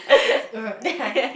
they just uh then I